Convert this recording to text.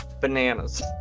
bananas